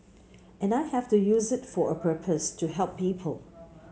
and I have to use it for a purpose to help people